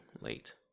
late